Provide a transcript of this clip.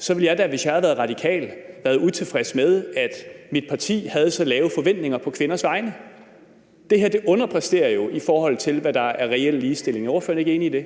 så ville jeg da, hvis jeg havde været radikal, have været utilfreds med, at mit parti havde så lave forventninger på kvinders vegne. Det her underpræsterer jo, i forhold til hvad der er reel ligestilling. Er ordføreren ikke enig i det?